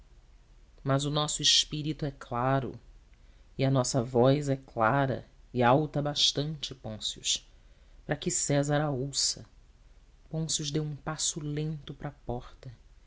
mas o nosso espírito é claro e a nossa voz é clara e alta bastante pôncio para que césar a ouça pôncio deu um passo lento para a porta